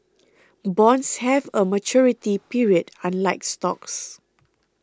bonds have a maturity period unlike stocks